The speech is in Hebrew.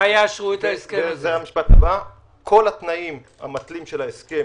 כל התנאים המתלים של ההסכם